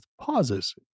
pauses